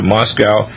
Moscow